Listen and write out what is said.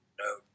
no